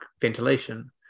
ventilation